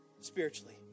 Spiritually